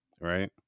right